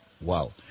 Wow